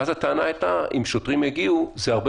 ואז הטענה היתה שאם שוטרים יגיעו זה הרבה